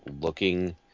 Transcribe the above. looking